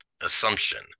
assumption